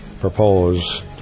propose